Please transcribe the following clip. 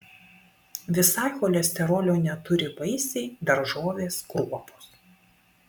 visai cholesterolio neturi vaisiai daržovės kruopos